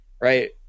right